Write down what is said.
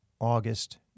August